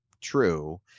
true